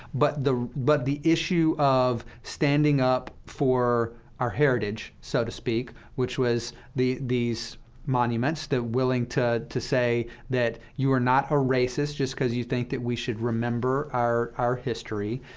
but the but the issue of standing up for our heritage, so to speak, which was the these monuments, the willingness to to say that you are not a racist just because you think that we should remember our our history,